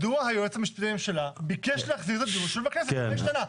מדוע היועץ המשפטי לממשלה ביקש להחזיר את זה לדיון שוב בכנסת אחרי שנה,